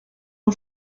eau